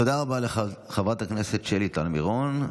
תודה רבה לחברת הכנסת שלי טל מירון.